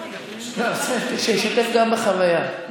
שישתף גם בחוויה.